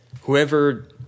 whoever